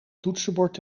toetsenbord